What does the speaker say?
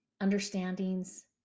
understandings